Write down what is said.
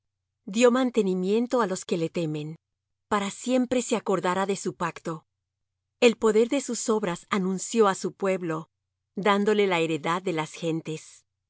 dió mantenimiento á los que le temen para siempre se acordará de su pacto el poder de sus obras anunció á su pueblo dándole la heredad de las gentes